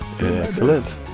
Excellent